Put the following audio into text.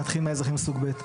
נתחיל מאזרחים סוג ב'